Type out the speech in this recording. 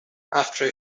after